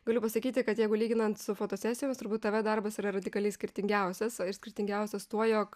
galiu pasakyti kad jeigu lyginant su fotosesijomis turbūt tv darbas yra radikaliai skirtingiausias skirtingiausias tuo jog